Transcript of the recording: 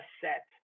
set